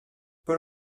paul